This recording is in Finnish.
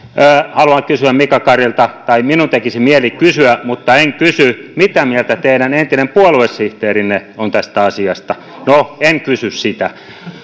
haluan kysyä mika karilta tai minun tekisi mieli kysyä mutta en kysy mitä mieltä teidän entinen puoluesihteerinne on tästä asiasta no en kysy sitä